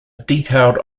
detailed